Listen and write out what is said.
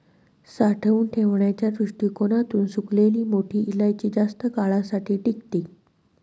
साठवून ठेवण्याच्या दृष्टीकोणातून सुकलेली मोठी इलायची जास्त काळासाठी टिकते